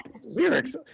lyrics